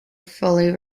fully